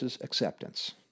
acceptance